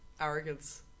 arrogance